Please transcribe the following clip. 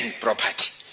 property